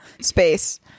space